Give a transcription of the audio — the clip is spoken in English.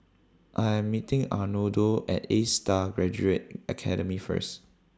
I Am meeting Arnoldo At A STAR Graduate Academy First